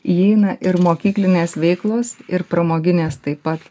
įeina ir mokyklinės veiklos ir pramoginės taip pat